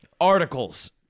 articles